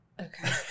Okay